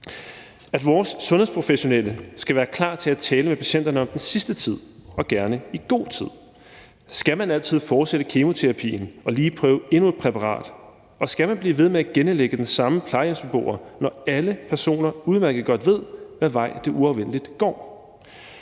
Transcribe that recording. at vores sundhedsprofessionelle skal være klar til at tale med patienterne om den sidste tid og gerne i god tid. Skal man altid fortsætte kemoterapien og lige prøve endnu et præparat? Og skal man blive ved med at genindlægge den samme plejehjemsbeboer, når alle personer udmærket godt ved, hvad vej det uafvendeligt går?